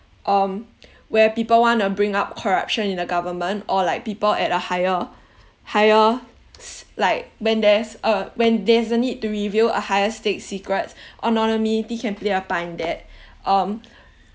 um where people wanna bring up corruption in the government or like people at a higher higher like when there's a when there's a need to reveal a higher stakes secrets anonymity can play a part in that um